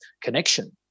connection